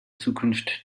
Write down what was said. zukunft